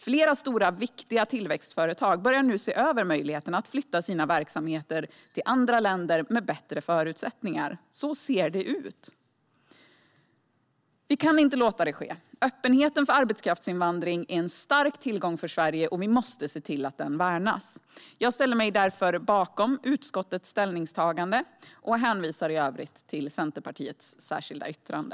Flera stora och viktiga tillväxtföretag börjar nu ser över möjligheterna att flytta sina verksamheter till andra länder med bättre förutsättningar. Så ser det ut. Vi kan inte låta det ske. Öppenheten för arbetskraftsinvandring är en stark tillgång för Sverige, och vi måste se till att den värnas. Jag yrkar bifall till utskottets förslag och hänvisar i övrigt till Centerpartiets särskilda yttrande.